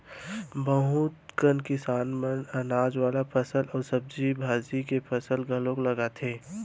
बहुत कन किसान मन ह अनाज वाला फसल अउ सब्जी भाजी के फसल घलोक लगाथे